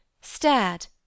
stared